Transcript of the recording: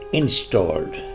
installed